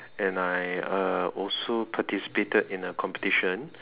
and I uh also participated in a competition